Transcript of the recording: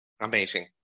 Amazing